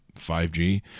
5G